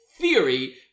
theory